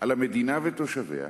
על המדינה ותושביה,